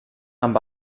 amb